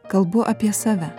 kalbu apie save